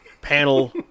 panel